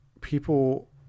people